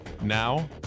Now